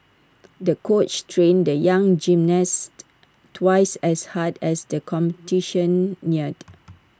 the coach trained the young gymnast twice as hard as the competition neared